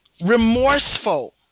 Remorseful